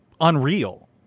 unreal